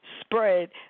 spread